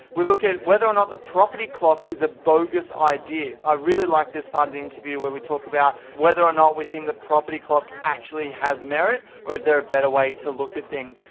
we look at whether or not the property clock is a bogus idea. i really like this part of the interview where we talk about whether or not we think the property clock actually has merit, or is there a better way to look at things?